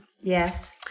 Yes